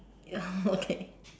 oh okay